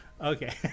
okay